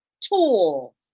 tool